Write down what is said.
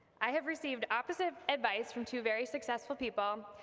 i have received opposite advice from two very successful people,